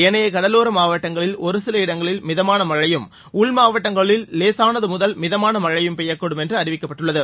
ஏனைய கடலோர மாவட்டங்களில் ஒருசில இடங்களில் மிதமான மழையும் உள் மாவட்டங்களில் லேசானது முதல் மிதமான மழையும் பெய்யக்கூடும் என்றும் அறிவிக்கப்பட்டுள்ளது